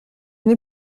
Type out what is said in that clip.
n’ai